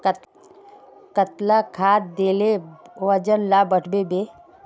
कतला खाद देले वजन डा बढ़बे बे?